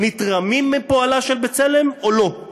נתרמים מפועלה של "בצלם" או לא?